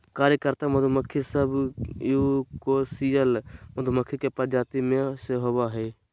कार्यकर्ता मधुमक्खी सब यूकोसियल मधुमक्खी के प्रजाति में से होबा हइ